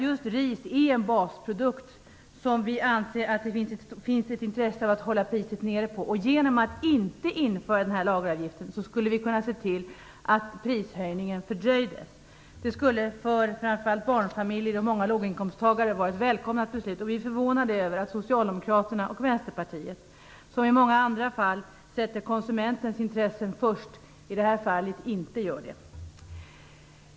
Just ris är en basprodukt, som vi anser att det finns ett intresse av att hålla priset nere på. Genom att inte införa lageravgiften skulle vi kunna se till att prishöjningen fördröjdes. Det skulle framför allt för barnfamiljer och många låginkomsttagare vara ett välkommet beslut. Vi är förvånade över att Socialdemokraterna och Vänsterpartiet som i många andra fall sätter konsumenternas intressen först inte gör det i det här fallet.